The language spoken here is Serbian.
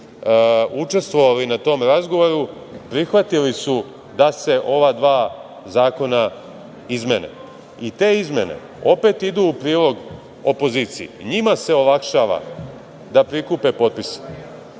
učestvovali na tom razgovoru prihvatili su da se ova dva zakona izmene. Te izmene opet idu u prilog opoziciji. Njima se olakšava da prikupe potpise.